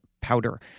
powder